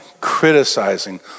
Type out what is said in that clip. criticizing